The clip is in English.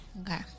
Okay